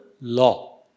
law